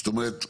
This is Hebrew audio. זאת אומרת,